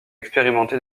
expérimenter